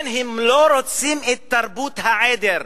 הם לא רוצים את תרבות העדר,